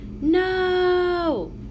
No